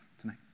tonight